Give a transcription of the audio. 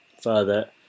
further